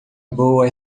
boa